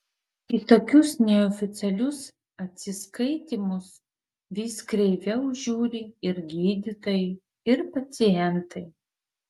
į tokius neoficialius atsiskaitymus vis kreiviau žiūri ir gydytojai ir pacientai